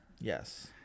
Yes